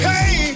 Hey